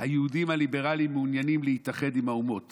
היהודים הליברלים מעוניינים להתאחד עם האומות